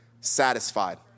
satisfied